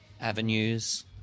avenues